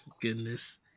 Goodness